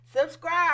subscribe